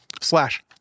slash